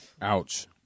Ouch